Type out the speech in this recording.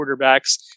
quarterbacks